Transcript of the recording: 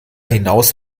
hinaus